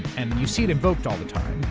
and you see it invoked all the time.